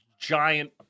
giant